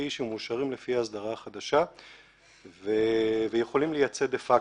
שמאושרים לפי ההסדרה החדשה ויכולים לייצא דה פקטו.